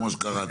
כמו שקראת